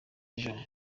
ejo